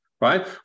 right